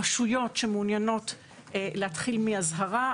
רשויות שמעוניינות להתחיל באזהרה,